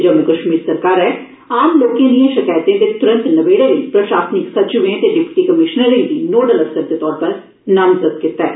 जम्मू कश्मीर सरकारै आम लोकें दिए शकैतें दे तुरत नबेड़े लेई प्रशासनिक सचिवें ते डिप्टी कमिशनरें गी नोडल अफसरें दे तौर उप्पर नामज़द कीता ऐ